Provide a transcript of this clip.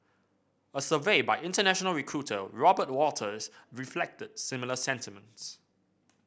a survey by international recruiter Robert Walters reflected similar sentiments